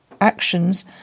Actions